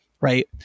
right